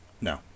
No